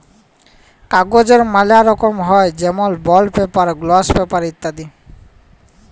কাগজের ম্যালা রকম হ্যয় যেমল বন্ড পেপার, গ্লস পেপার ইত্যাদি